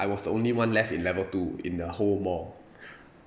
I was the only one left in level two in the whole mall